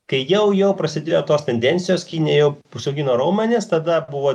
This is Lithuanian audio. kai jau jau prasidėjo tos tendencijos kinija jau užsiaugino raumenis tada buvo